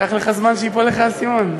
לקח לך זמן שייפול לך האסימון.